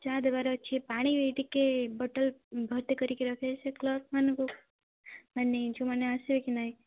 ଚା ଦେବାର ଅଛି ପାଣି ଟିକେ ବଟଲ୍ ଭର୍ତି କରିକି ରଖିବା ସେ କ୍ଲର୍କ ମାନଙ୍କୁ ମାନେ ଯେଉଁ ମାନେ ଆସିବେ କି ନାଇଁ